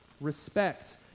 respect